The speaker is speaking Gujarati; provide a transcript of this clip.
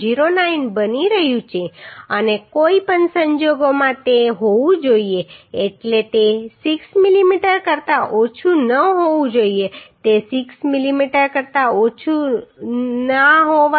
09 બની રહ્યું છે અને કોઈ પણ સંજોગોમાં તે હોવું જોઈએ એટલે તે 6 mm કરતાં ઓછું ન હોવું જોઈએ તે 6 mm કરતાં ઓછું ન હોવું જોઈએ